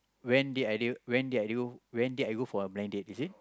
when did I go when did I go when did I go a blind date is it